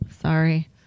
sorry